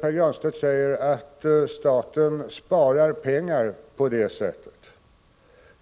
Pär Granstedt säger att staten sparar pengar på det sättet.